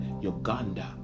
Uganda